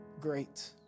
great